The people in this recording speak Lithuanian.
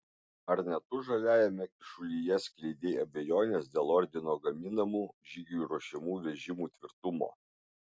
ar ne tu žaliajame kyšulyje skleidei abejones dėl ordino gaminamų žygiui ruošiamų vežimų tvirtumo